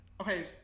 Okay